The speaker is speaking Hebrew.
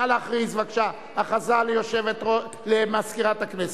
בבקשה, הכרזה למזכירת הכנסת.